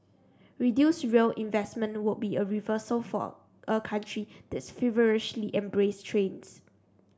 reduced rail investment would be a reversal for a country that's feverishly embraced trains